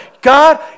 God